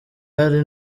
hari